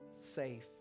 safe